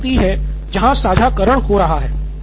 वह स्थिति है जहां साझाकरण हो रहा है